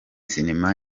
sinema